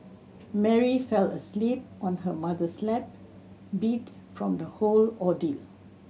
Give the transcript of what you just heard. Mary fell asleep on her mother's lap beat from the whole ordeal